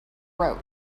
wrote